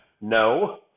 no